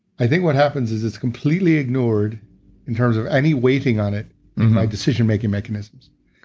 i think what happens is it's completely ignored in terms of any waiting on it by decision making mechanisms.